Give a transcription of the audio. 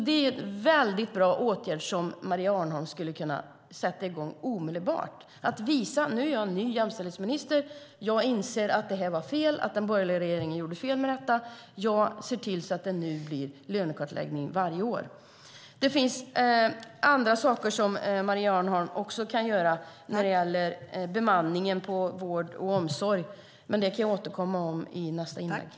Det är en mycket bra åtgärd som Maria Arnholm skulle kunna vidta omedelbart. Maria Arnholm skulle kunna säga: Nu är jag ny jämställdhetsminister. Jag inser att det här var fel. Jag inser att den borgerliga regeringen gjorde fel. Jag ser till att det nu blir lönekartläggning varje år. Det finns andra saker som Maria Arnholm också kan göra när det gäller bemanning i vård och omsorg, men det återkommer jag till i nästa inlägg.